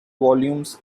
volumes